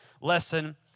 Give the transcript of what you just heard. lesson